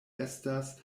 estas